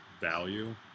value